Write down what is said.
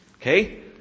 Okay